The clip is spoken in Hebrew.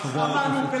תודה רבה.